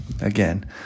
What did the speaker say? again